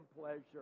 pleasure